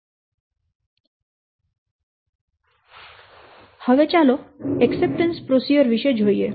હવે ચાલો acceptance procedure વિશે જોઈએ